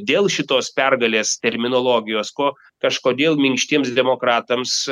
dėl šitos pergalės terminologijos ko kažkodėl minkštiems demokratams